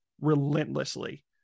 relentlessly